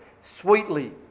sweetly